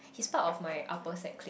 he's part of my upper sec clique